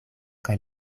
kaj